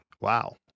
wow